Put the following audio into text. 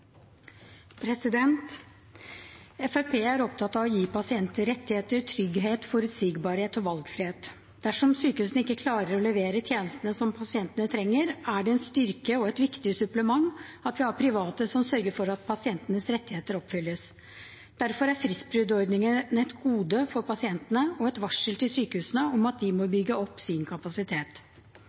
nå. Fremskrittspartiet er opptatt av å gi pasienter rettigheter, trygghet, forutsigbarhet og valgfrihet. Dersom sykehusene ikke klarer å levere tjenestene som pasientene trenger, er det en styrke og et viktig supplement at vi har private som sørger for at pasientenes rettigheter oppfylles. Derfor er fristbruddordningen et gode for pasientene og et varsel til sykehusene om at de må bygge opp sin kapasitet.